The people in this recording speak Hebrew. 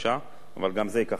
אבל גם זה ייקח כמה שנים,